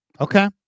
Okay